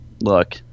look